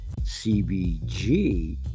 CBG